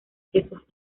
quesos